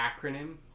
acronym